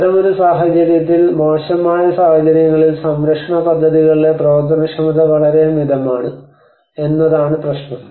അത്തരമൊരു സാഹചര്യത്തിൽ മോശമായ സാഹചര്യങ്ങളിൽ സംരക്ഷണ പദ്ധതികളിലെ പ്രവർത്തനക്ഷമത വളരെ മിതമാണ് എന്നതാണ് പ്രശ്നം